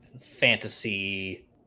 fantasy